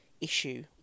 issue